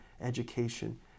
education